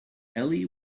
ellie